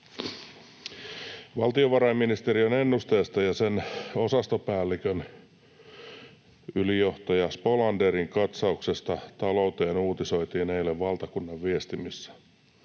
Valtiovarainministeriön ennusteesta ja sen osastopäällikön, ylijohtaja Spolanderin katsauksesta talouteen uutisoitiin eilen valtakunnan viestimissä.